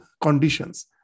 conditions